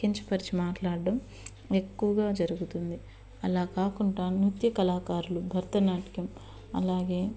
కించపరిచి మాట్లాడడం ఎక్కువగా జరుగుతుంది అలా కాకుండా నృత్య కళాకారులు భరతనాట్యం అలాగే